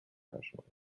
professionals